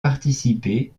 participer